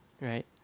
right